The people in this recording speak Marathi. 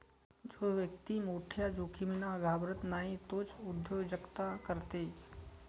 जो व्यक्ती मोठ्या जोखमींना घाबरत नाही तोच उद्योजकता करते